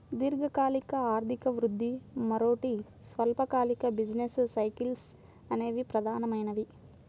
దీర్ఘకాలిక ఆర్థిక వృద్ధి, మరోటి స్వల్పకాలిక బిజినెస్ సైకిల్స్ అనేవి ప్రధానమైనవి